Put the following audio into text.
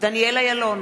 דניאל אילון,